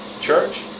church